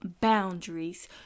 boundaries